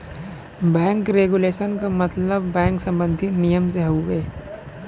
bank regulation क मतलब bank सम्बन्धी नियम से हउवे